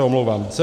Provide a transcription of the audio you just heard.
Omlouvám se.